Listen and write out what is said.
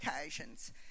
occasions